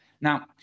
Now